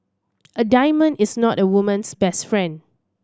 a diamond is not a woman's best friend